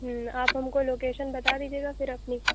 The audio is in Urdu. آپ ہم کو لوکیشن بتا دیجیے گا پھر اپنی